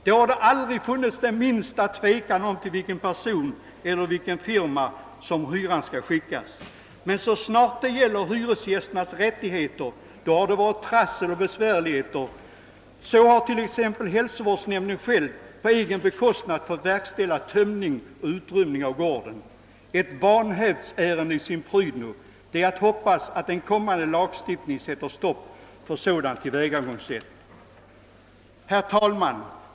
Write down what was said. Det har aldrig rått minsta tvivel om till vilken person eller vilken firma hyran skall skickas. Men så snart det gällt hyresgästernas rättigheter har det varit trassel och besvärligheter. Så har, för att ta ett exempel, hälsovårdsnämnden på egen bekostnad fått verkställa tömning av soptunnor och utrymning av gården. Detta är ett vanhävdsärende i sino prydno. Det är att hoppas att en blivande lagstiftning sätter stopp för sådant tillvägagångssätt. Herr talman!